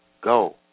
go